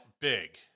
big